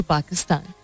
Pakistan